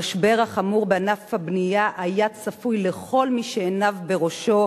המשבר החמור בענף הבנייה היה צפוי לכל מי שעיניו בראשו,